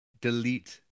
delete